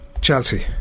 Chelsea